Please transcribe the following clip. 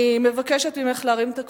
אני מבקשת ממך להרים את הכפפה,